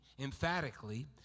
emphatically